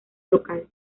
local